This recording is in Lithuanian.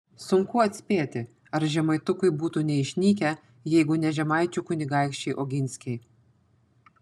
sunku atspėti ar žemaitukai būtų neišnykę jeigu ne žemaičių kunigaikščiai oginskiai